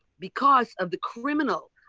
because of the criminal,